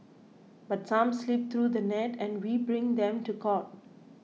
but some slip through the net and we bring them to court